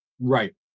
right